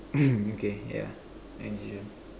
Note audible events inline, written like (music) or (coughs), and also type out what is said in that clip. (coughs) okay yeah unusual